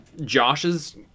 Josh's